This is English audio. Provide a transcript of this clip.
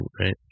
right